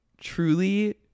truly